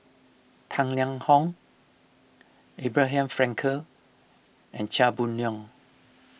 Tang Liang Hong Abraham Frankel and Chia Boon Leong